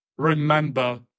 remember